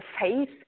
faith